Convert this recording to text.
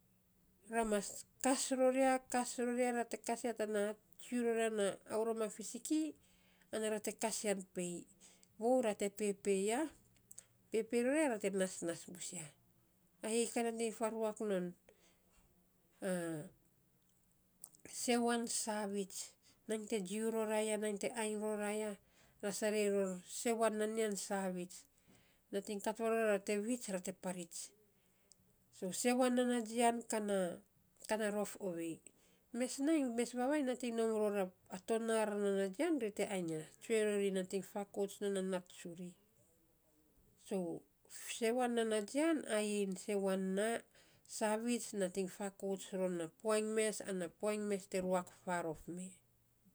Ra mas kas ror ya, kas ror ya ra te kas ya tana tsiu ro ya tana aurom a fisik ana ra te kas yan pei. Vou ra te pepe ya, pepe ror ya, ra te nasnas bus ya ayei kan nating faruak non sewan saviits, nainy te jiiu ror ra ya, nainy te ainy rira ya, ra sarei ror sewan nan yan saviits, a nating kat varora ra te viits ra te parits. So sewan nan na jian kan na ka na rof ovei. Mes nainy mes vavainy nating nom ror a tonaar nan na jian ri te ainy ya, tsue ror ri nating fakaut non a nat tsuri sewan ana jian ayei sewan na saviits nating fakouts non a puainy mes ana puainy mes te ruak faarof mee.